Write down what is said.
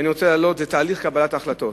זה תהליך קבלת ההחלטות.